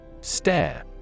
Stare